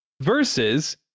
versus